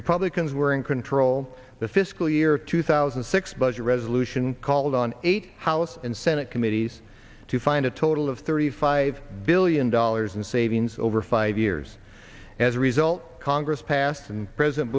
republicans were in control the fiscal year two thousand and six budget resolution called on eight house and senate committees to find a total of thirty five billion dollars in savings over five years as a result congress passed and president